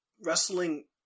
wrestling